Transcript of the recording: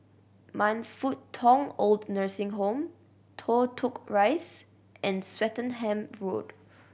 Man Fut Tong OId Nursing Home Toh Tuck Rise and Swettenham Road